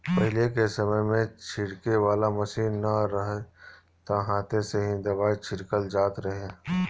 पहिले के समय में छिड़के वाला मशीन ना रहे त हाथे से ही दवाई छिड़कल जात रहे